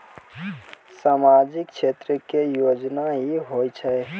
समाजिक क्षेत्र के योजना की होय छै?